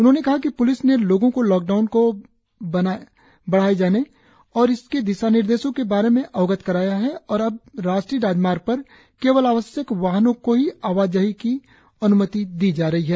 उन्होंने कहा कि प्लिस ने लोगों को लॉकडाउन को बढ़ाए जाने और इसके दिशानिर्देशों के बारे में अवगत कराया और अब राष्ट्रीय राजमार्ग पर केवल आवश्यक वाहनों को ही आवाजाही की अन्मति दी जा रही है